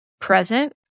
present